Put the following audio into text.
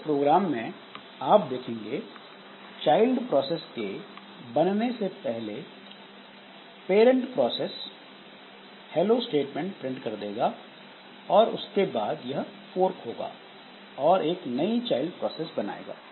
इस प्रोग्राम में आप देखेंगे चाइल्ड प्रोसेस के बनने से पहले parent process hello statement print कर देगा और उसके बाद यह फोर्क होगा और एक नई चाइल्ड प्रोसेस बनाएगा